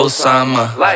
Osama